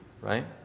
right